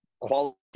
quality